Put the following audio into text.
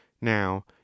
now